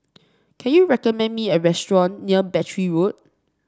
can you recommend me a restaurant near Battery Road